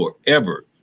forever